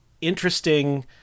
interesting